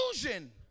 illusion